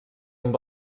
amb